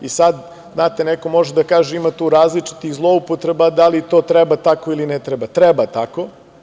I sad, znate, neko može da kaže ima tu različitih zloupotreba, da li to treba tako ili ne treba tako.